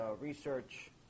research